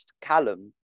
Callum